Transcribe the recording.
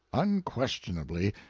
unquestionably,